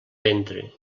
ventre